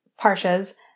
parshas